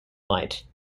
night